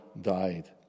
died